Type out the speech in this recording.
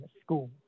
school